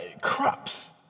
crops